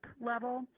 level